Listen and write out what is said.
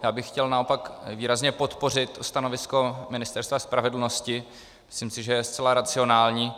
Já bych chtěl naopak výrazně podpořit stanovisko Ministerstva spravedlnosti, myslím si, že je zcela racionální.